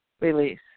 release